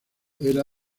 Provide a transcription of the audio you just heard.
era